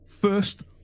first